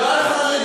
לא על חרדים,